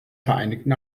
vereinigten